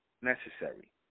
Necessary